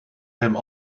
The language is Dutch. hem